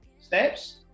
Steps